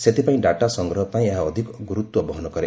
ସେଥିପାଇଁ ଡାଟା ସଂଗ୍ରହ ପାଇଁ ଏହା ଅଧିକ ଗୁରୁତ୍ୱ ବହନ କରେ